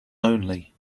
only